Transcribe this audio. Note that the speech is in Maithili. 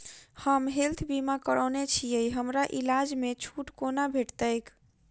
हम हेल्थ बीमा करौने छीयै हमरा इलाज मे छुट कोना भेटतैक?